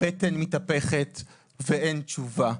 הבטן מתהפכת ואין תשובה.